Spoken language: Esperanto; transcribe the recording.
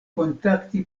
kontakti